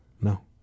No